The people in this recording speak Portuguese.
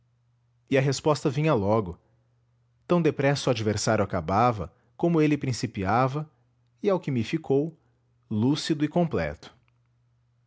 e a resposta vinha logo tão depressa o adversário acabava como ele principiava e ao que me ficou lúcido e completo